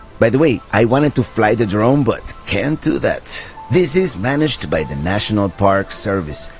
by the way i wanted to fly the drone, but can't do that. this is managed by the national park service,